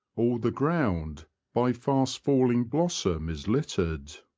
all the ground by fast falling blossom is littered.